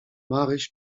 maryś